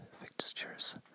fixtures